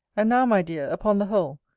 and now, my dear, upon the whole,